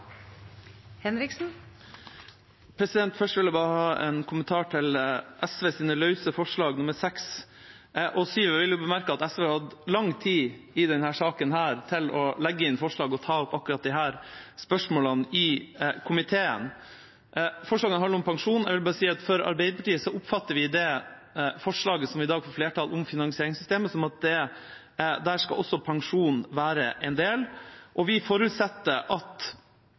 Først vil jeg bare komme med en kommentar til de løse forslagene fra SV, forslagene nr. 6 og 7. Jeg vil bemerke at SV har hatt lang tid i denne saken til å legge inn forslag og ta opp akkurat disse spørsmålene i komiteen. Forslagene handler om pensjon. Jeg vil si at Arbeiderpartiet oppfatter at i det forslaget som i dag får flertall når det gjelder finansieringssystemet, skal også pensjon være en del, og vi forutsetter at